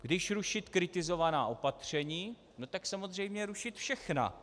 Když rušit kritizovaná opatření, tak samozřejmě rušit všechna.